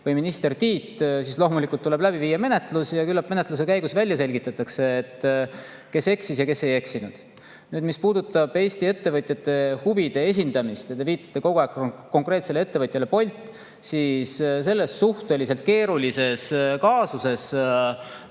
või minister Tiit, siis loomulikult tuleb läbi viia menetlus ja küllap menetluse käigus välja selgitatakse, kes eksis ja kes ei eksinud. Mis puudutab Eesti ettevõtete huvide esindamist – te viitate kogu aeg konkreetsele ettevõttele Bolt –, siis selles suhteliselt keerulises kaasuses vältas